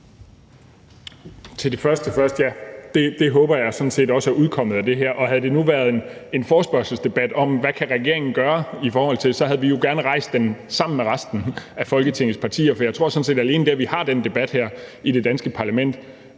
ja. Det håber jeg sådan set også er udkommet af det her. Havde det nu været en forespørgselsdebat om, hvad regeringen kan gøre i forhold til det, så havde vi jo gerne rejst den sammen med resten af Folketingets partier, for jeg tror sådan set, at alene det, at vi har den debat her i det danske parlament,